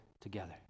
together